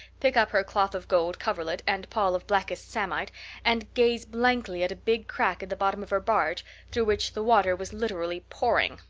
pick up her cloth of gold coverlet and pall of blackest samite and gaze blankly at a big crack in the bottom of her barge through which the water was literally pouring.